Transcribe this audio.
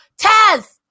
Taz